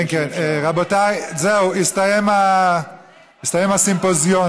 רבותיי, זהו, הסתיים הסימפוזיון.